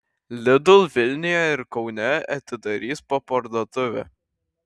lidl vilniuje ir kaune atidarys po parduotuvę